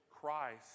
Christ